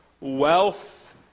wealth